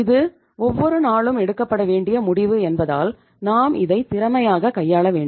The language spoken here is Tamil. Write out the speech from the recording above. இது ஒவ்வொரு நாளும் எடுக்கவேண்டிய முடிவு என்பதால் நாம் இதை திறமையாக கையாள வேண்டும்